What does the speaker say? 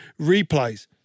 replays